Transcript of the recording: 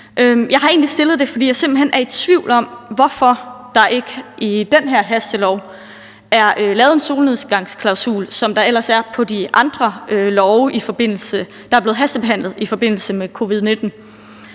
jeg simpelt hen er i tvivl om, hvorfor der ikke i det her hastelovforslag er lavet en solnedgangsklausul, som der ellers er i de andre love, der er blevet hastebehandlet i forbindelse med covid-19.